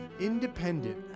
independent